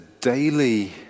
daily